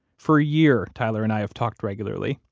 for a year, tyler and i have talked regularly,